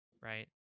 right